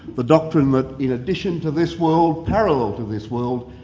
the doctrine that in addition to this world, parallel to this world,